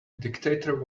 dictator